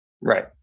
Right